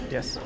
Yes